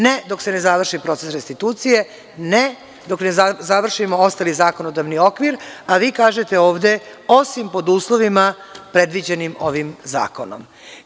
Ne dok se ne završi proces restitucije, ne dok ne završimo ostali zakonodavni okvir, a vi kažete ovde, osim pod uslovima predviđenih ovim zakonom.